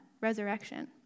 resurrection